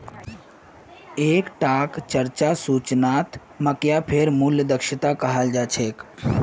एक टाक चर्चा सूचनात्मक या फेर मूल्य दक्षता कहाल जा छे